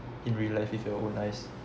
in real life with your own eyes